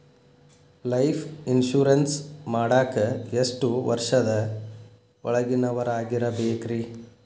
Life insurance ಮಾಡಾಕ ಎಷ್ಟು ವರ್ಷದ ಒಳಗಿನವರಾಗಿರಬೇಕ್ರಿ?